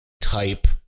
type